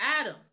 Adam